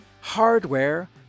Hardware